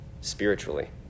spiritually